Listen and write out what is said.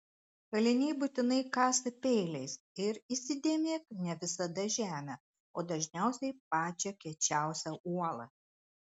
kaliniai būtinai kasa peiliais ir įsidėmėk ne visada žemę o dažniausiai pačią kiečiausią uolą